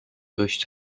durch